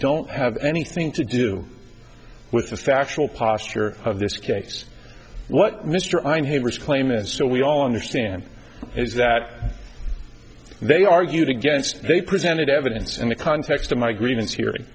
don't have anything to do with the factual posture of this case what mr einhorn risk claim and so we all understand is that they argued against they presented evidence in the context of my grievance hearing